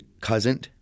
cousin